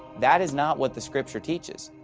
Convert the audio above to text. that is not what the scripture teaches.